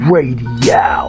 Radio